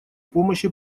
помощи